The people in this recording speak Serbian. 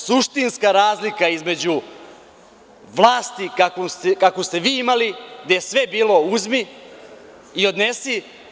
Suštinska razlika između vlasti kakvu ste vi imali, gde je sve bilo uzmi i odnesi.